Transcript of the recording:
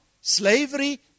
slavery